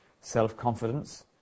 self-confidence